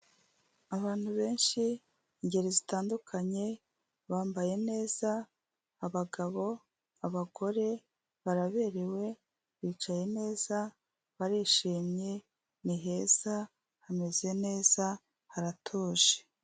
Abantu benshi ingeri zitandukanye bambaye neza, abagabo, abagore, baraberewe, bicaye neza, barishimye, ni heza, hameze neza, haratuje.